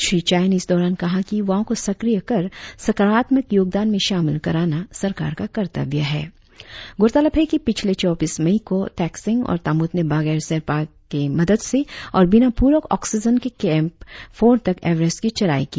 श्री चाई ने इस दौरान कहा की युवाओं को सक्रिय कर सकारात्मक योगदान में शामिल कराना सरकार का कर्तव्य है गौरतलब है कि पिछले चौबीस मई को तेकसेंग और तामुत ने बगैर सेरपा के मदद से और बिना प्रक ऑक्सीजन के कैंप फोर तक एवारेस्ट की चढ़ाई की